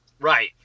Right